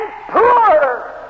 poor